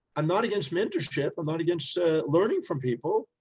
i'm not against mentorship. i'm not against learning from people,